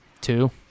Two